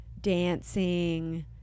dancing